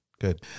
good